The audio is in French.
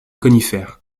conifères